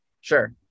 Sure